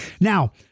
now